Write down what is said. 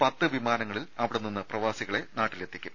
പത്ത് വിമാനങ്ങളിൽ അവിടെ നിന്ന് പ്രവാസികളെ നാട്ടിലെത്തിക്കും